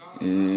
תודה רבה.